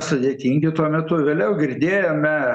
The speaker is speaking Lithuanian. sudėtingi tuo metu vėliau girdėjome